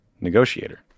negotiator